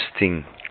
interesting